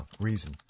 reason